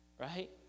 right